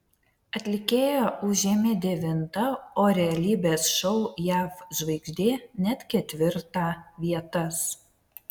atlikėja užėmė devintą o realybės šou jav žvaigždė net ketvirtą vietas